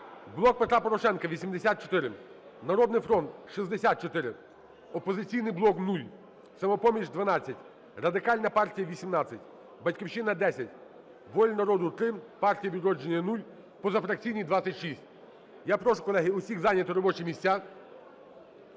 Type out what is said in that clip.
"Блок Петра Порошенка" – 84, "Народний фронт" – 64, "Опозиційний блок" – 0, "Самопоміч" – 12, Радикальна партія – 18, "Батьківщина" – 10, "Воля народу" – 3, "Партія "Відродження" – 0, позафракційні – 26. Я прошу, колеги, всіх зайняти робочі місця.